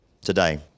today